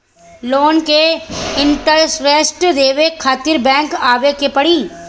Loan के interest देवे खातिर बैंक आवे के पड़ी?